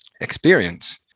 experience